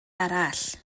arall